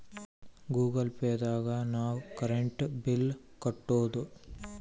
Google Pay ದಾಗ ನಾವ್ current bill ಕಟ್ಟೋದು